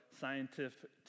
scientific